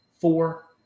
four